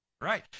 Right